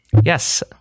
Yes